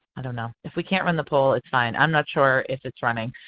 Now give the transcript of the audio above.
i don't know. if we can't run the poll it's fine. i'm not sure if it's running.